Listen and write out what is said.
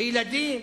לילדים.